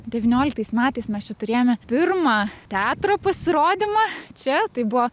devynioliktais metais mes čia turėjome pirmą teatro pasirodymą čia tai buvo